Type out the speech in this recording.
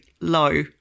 low